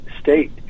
state